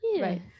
right